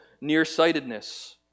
nearsightedness